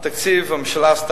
הממשלה,